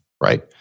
right